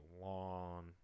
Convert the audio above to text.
long